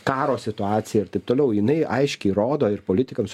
karo situacija ir taip toliau jinai aiškiai rodo ir politikams